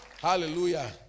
Hallelujah